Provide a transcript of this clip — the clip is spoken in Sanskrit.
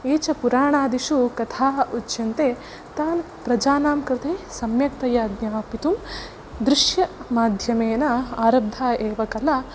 ये च पुराणादिषु कथाः उच्यन्ते तान् प्रजानां कृते सम्यक्तया ज्ञापयितुं दृश्यमाध्यमेन आरब्धा एव कला